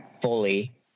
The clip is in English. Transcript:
fully